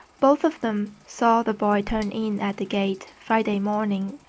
both of them saw the boy turn in at the gate friday morning.